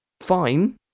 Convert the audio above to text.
fine